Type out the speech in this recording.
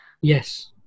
yes